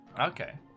Okay